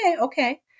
okay